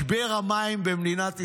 משבר המים במדינת ישראל,